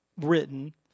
written